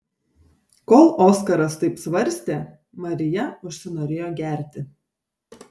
kol oskaras taip svarstė marija užsinorėjo gerti